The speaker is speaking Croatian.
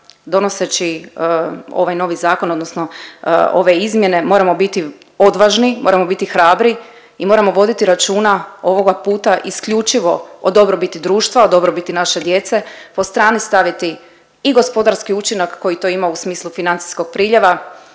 donoseći ovaj novi zakon odnosno ove izmjene moramo biti odvažni, moramo biti hrabri i moramo voditi računa ovoga puta isključivo o dobrobiti društva, o dobrobiti naše djece, po strani staviti i gospodarski učinak koji to ima u smislu financijskog priljeva